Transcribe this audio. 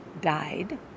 died